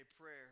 prayer